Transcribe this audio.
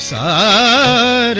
aa